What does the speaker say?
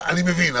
אני מבין,